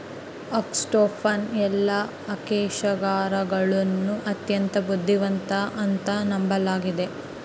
octopus ಎಲ್ಲಾ ಅಕಶೇರುಕಗುಳಗ ಅತ್ಯಂತ ಬುದ್ಧಿವಂತ ಅಂತ ನಂಬಲಾಗಿತೆ